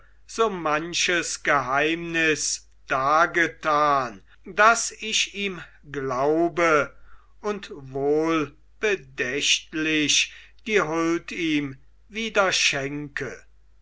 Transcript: so manches geheimnis dargetan daß ich ihm glaube und wohlbedächtlich die huld ihm wieder schenke